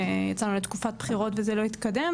ויצאנו לתקופת בחירות וזה לא התקדם,